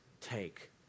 take